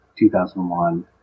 2001